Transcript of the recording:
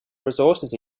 resources